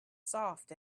soft